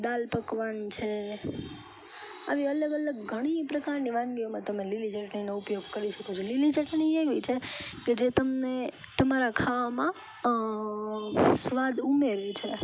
દાલ પકવાન છે આવી અલગ અલગ ઘણી પ્રકારની વાનગીઓમાં તમે લીલી ચટણીનો ઉપયોગ કરી શકો છો લીલી ચટણી એવી છે કે જે તમને તમારા ખાવામાં સ્વાદ ઉમેરે છે